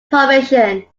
probation